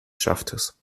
schaftes